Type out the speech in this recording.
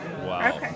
Wow